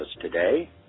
today